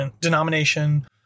denomination